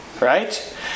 right